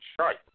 Right